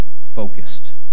focused